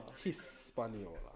Hispaniola